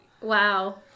Wow